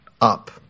Up